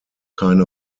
keine